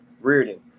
Reardon